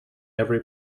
every